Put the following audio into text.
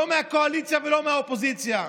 לא מהקואליציה ולא מהאופוזיציה.